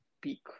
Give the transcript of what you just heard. peak